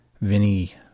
Vinny